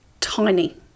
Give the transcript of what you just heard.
tiny